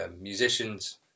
musicians